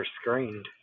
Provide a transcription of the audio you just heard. screened